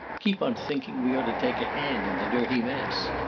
keep on thinking we ought to take a hand in the dirty mess.